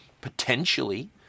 Potentially